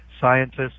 scientists